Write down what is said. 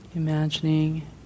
Imagining